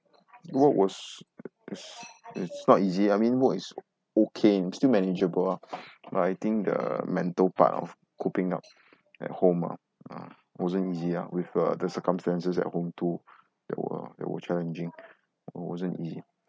work was it's it's not easy I mean work is okay still manageable ah but I think the mental part of cooping up at home ah ah wasn't easy ah with uh the circumstances at home too that were that were challenging wasn't easy